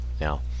Now